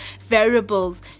variables